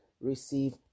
receive